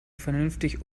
vernünftig